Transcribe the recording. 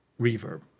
reverb